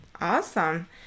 Awesome